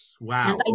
Wow